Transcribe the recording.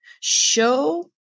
show